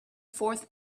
fourth